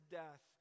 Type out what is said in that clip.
death